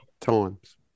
times